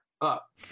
up